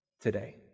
today